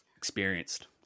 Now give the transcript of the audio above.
Experienced